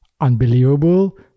unbelievable